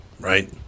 right